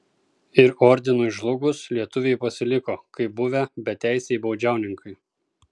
ir ordinui žlugus lietuviai pasiliko kaip buvę beteisiai baudžiauninkai